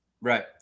Right